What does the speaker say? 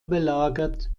belagert